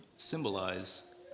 symbolize